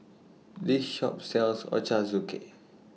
This Shop sells Ochazuke